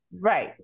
Right